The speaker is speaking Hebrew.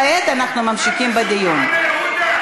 כעת אנחנו ממשיכים בדיון.